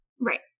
Right